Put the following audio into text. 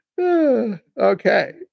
Okay